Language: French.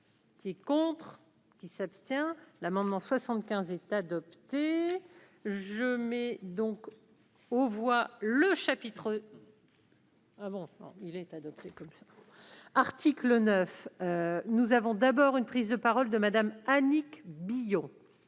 Ces contres. Qui s'abstient l'amendement 75 est adopté, je mets donc aux voix le chapitre. Ah bon, il est adopté, comme ça, article 9. Nous avons d'abord une prise de parole de Madame Annick Billon.